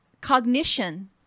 cognition